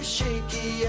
shaky